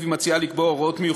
הכשרת חוקרי וחוקרות עבירות מין,